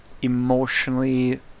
emotionally